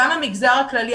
גם המגזר הכללי.